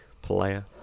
Player